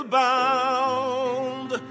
bound